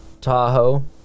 Tahoe